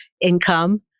income